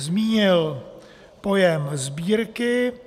Zmínil pojem sbírky.